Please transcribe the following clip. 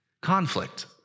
Conflict